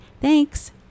Thanks